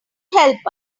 help